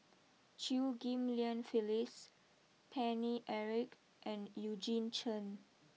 Chew Ghim Lian Phyllis Paine Eric and Eugene Chen